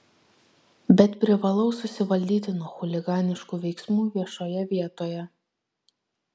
bet privalau susivaldyti nuo chuliganiškų veiksmų viešoje vietoje